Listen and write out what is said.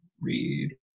read